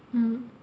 mm